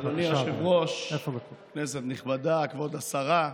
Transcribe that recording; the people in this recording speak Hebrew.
אדוני היושב-ראש, כנסת נכבדה, כבוד השרה,